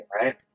right